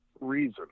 reason